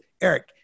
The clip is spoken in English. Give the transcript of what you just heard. Eric